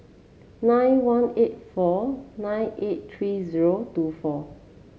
nine one eight four nine eight three zero two four